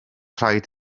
rhaid